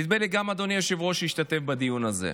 נדמה לי שגם אדוני היושב-ראש השתתף בדיון הזה.